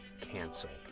canceled